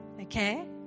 okay